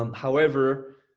um however,